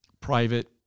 private